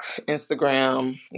Instagram